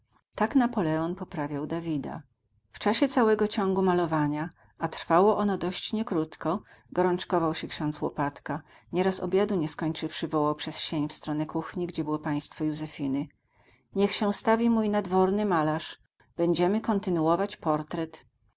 tak napoleon poprawiał davida w czasie całego ciągu malowania a trwało ono dość nie krótko gorączkował się ksiądz łopatka nieraz obiadu nie skończywszy wołał przez sień w stronę kuchni gdzie było państwo józefiny niech się stawi mój nadworny malarz będziemy kontynuować portret